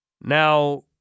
Now